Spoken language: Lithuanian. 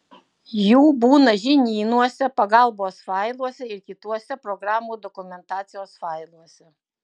jų būna žinynuose pagalbos failuose ir kituose programų dokumentacijos failuose